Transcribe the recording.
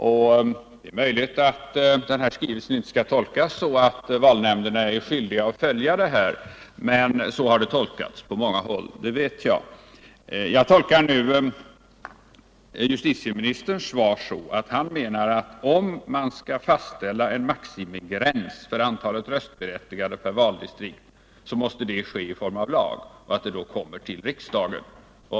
Det är möjligt att denna skrivelse inte skall tolkas så att valnämnderna är skyldiga att följa detta, men så har den uttytts på många håll, det vet jag. Jag tolkar nu justitieministerns svar så, att han menar att om man skall fastställa en maximigräns för antalet röstberättigade per valdistrikt, så måste det ske i form av lag och att frågan då kommer till riksdagen.